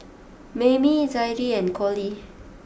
Maymie Zadie and Coley